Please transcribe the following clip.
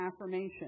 affirmation